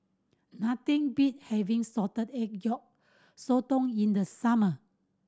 nothing beat having salted egg yolk sotong in the summer